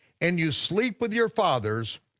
and you sleep with your fathers,